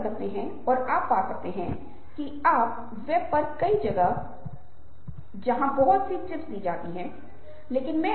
क्रोध एक कारण से है क्रोध को ईर्ष्या से भी जोड़ा जा सकता है